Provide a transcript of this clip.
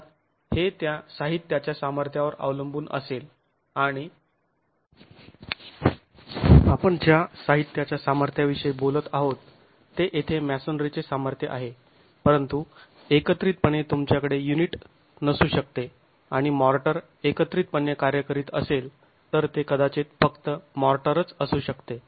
अर्थात हे त्या साहित्याच्या सामर्थ्यावर अवलंबून असेल आणि आपण ज्या साहित्याच्या सामर्थ्याविषयी बोलत आहोत ते येथे मॅसोनरीचे सामर्थ्य आहे परंतु एकत्रितपणे तुमच्याकडे युनिट नसू शकते आणि माॅर्टर एकत्रितपणे कार्य करीत असेल तर ते कदाचित फक्त माॅर्टरच असू शकते